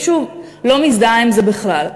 שוב, לא מזדהה עם זה בכלל.